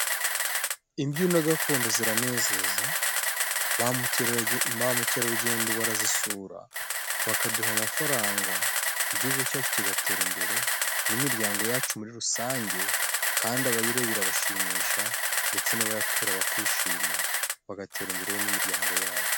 Imbyino gakondo ziranezeza. Ba mukeraruge ba mukerarugendo barazisura, bakaduha amafaranga, igihugu cyacu kigatera imbere, n'imiryango yacu muri rusange. Kandi abayireba irabashimisha, ndetse n'abayakura bakishima bagatera imbere n'imiryango yabo.